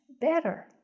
better